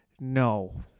no